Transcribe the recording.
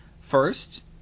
First